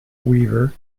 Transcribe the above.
weaver